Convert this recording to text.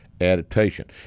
adaptation